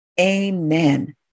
Amen